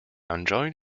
enjoyed